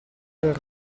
del